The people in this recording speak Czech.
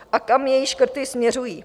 A kam její škrty směřují?